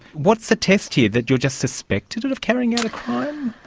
what's the test here, that you are just suspected and of carrying out a crime?